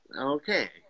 okay